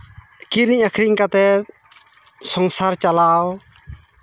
ᱠᱤᱨᱤᱧ ᱟᱹᱠᱷᱨᱤᱧ ᱠᱟᱛᱮᱫ ᱥᱚᱝᱥᱟᱨ ᱪᱟᱞᱟᱣ